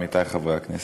עמיתי חברי הכנסת,